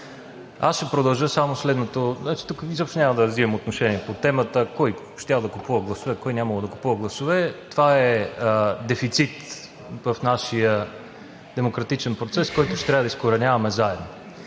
кой е крив и кой е прав. Тук изобщо няма да взимам отношение по темата – кой щял да купува гласове, кой нямало да купува гласове. Това е дефицит в нашия демократичен процес, който ще трябва да изкореняваме заедно.